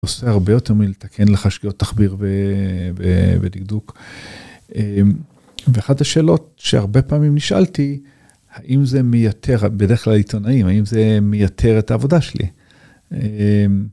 עושה הרבה יותר מלתקן לך שגיאות תחביר ודקדוק. ואחת השאלות שהרבה פעמים נשאלתי, האם זה מייתר, בדרך כלל עיתונאים, האם זה מייתר את העבודה שלי?